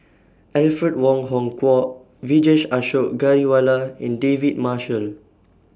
Alfred Wong Hong Kwok Vijesh Ashok Ghariwala and David Marshall